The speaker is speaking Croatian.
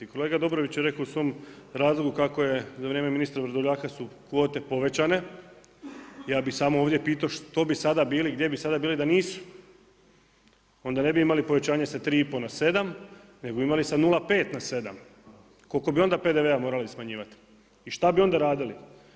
Kolega Dobrović je rekao u svom … kako je za vrijeme ministra Vrdoljaka su kvote povećane, ja bih samo ovdje pitao što bi sada bili i gdje bi sada bili da nisu onda ne bi imali povećanje sa 3,5 na 7 nego bi imali sa 0,5 na 7. koliko bi onda PDV-a morali smanjivati i šta bi onda radili?